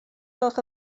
gwelwch